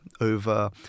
over